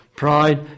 Pride